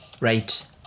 right